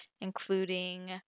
including